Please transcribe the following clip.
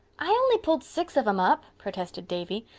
i only pulled six of them up, protested davy.